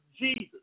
Jesus